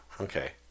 Okay